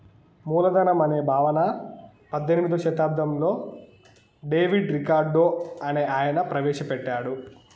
మూలధనం అనే భావన పద్దెనిమిదో శతాబ్దంలో డేవిడ్ రికార్డో అనే ఆయన ప్రవేశ పెట్టాడు